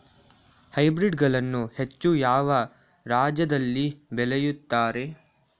Hybrid ಗಳನ್ನು ಹೆಚ್ಚು ಯಾವ ರಾಜ್ಯದಲ್ಲಿ ಬೆಳೆಯುತ್ತಾರೆ?